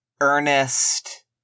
earnest